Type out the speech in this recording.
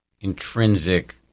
intrinsic